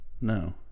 No